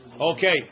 Okay